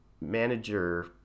manager